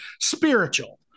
spiritual